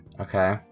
Okay